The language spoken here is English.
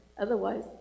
Otherwise